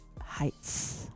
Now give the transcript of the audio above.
Heights